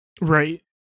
Right